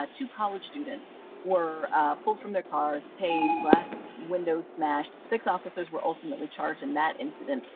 ah two college students were pulled from their cars, tased, glass windows smashed. six officers were ultimately charged in that incident,